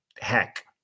heck